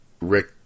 Rick